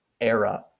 era